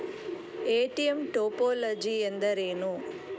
ATM topology ಎಂದರೇನು?